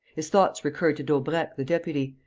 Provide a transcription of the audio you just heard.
his thoughts recurred to daubrecq the deputy,